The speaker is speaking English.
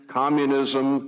communism